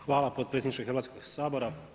Hvala potpredsjedniče Hrvatskoga sabora.